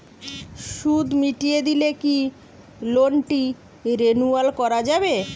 সুদ মিটিয়ে দিলে কি লোনটি রেনুয়াল করাযাবে?